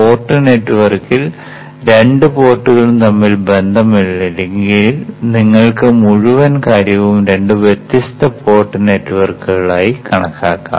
port നെറ്റ്വർക്ക്ൽ രണ്ട് പോർട്ടുകളും തമ്മിൽ ബന്ധമില്ലെങ്കിൽ നിങ്ങൾക്ക് മുഴുവൻ കാര്യവും രണ്ട് വ്യത്യസ്ത പോർട്ട് നെറ്റ്വർക്കുകളായി കണക്കാക്കാം